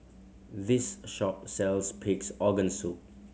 this shop sells Pig's Organ Soup